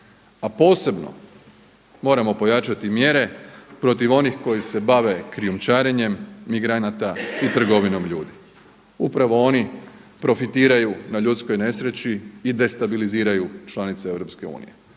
A posebno moramo pojačati mjere protiv onih koji se bave krijumčarenjem migranata i trgovinom ljudi. Upravo oni profitiraju na ljudskoj nesreći i destabiliziraju članice EU.